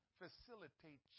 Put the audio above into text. facilitate